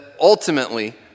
ultimately